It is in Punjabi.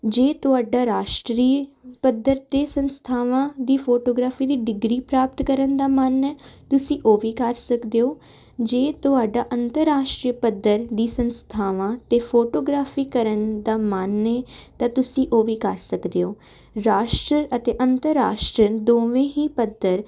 ਜੇ ਤੁਹਾਡਾ ਰਾਸ਼ਟਰੀ ਪੱਧਰ 'ਤੇ ਸੰਸਥਾਵਾਂ ਦੀ ਫੋਟੋਗ੍ਰਾਫੀ ਦੀ ਡਿਗਰੀ ਪ੍ਰਾਪਤ ਕਰਨ ਦਾ ਮਨ ਹੈ ਤੁਸੀਂ ਉਹ ਵੀ ਕਰ ਸਕਦੇ ਹੋ ਜੇ ਤੁਹਾਡਾ ਅੰਤਰਰਾਸ਼ਟਰੀ ਪੱਧਰ ਦੀ ਸੰਸਥਾਵਾਂ 'ਤੇ ਫੋਟੋਗ੍ਰਾਫੀ ਕਰਨ ਦਾ ਮਨ ਹੈ ਤਾਂ ਤੁਸੀਂ ਉਹ ਵੀ ਕਰ ਸਕਦੇ ਹੋ ਰਾਸ਼ਟਰ ਅਤੇ ਅੰਤਰਰਾਸ਼ਟਰ ਦੋਵੇਂ ਹੀ ਪੱਧਰ